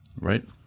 right